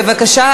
בבקשה,